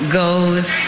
goes